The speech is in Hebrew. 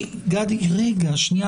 גדי, בלי קריאות ביניים.